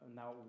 now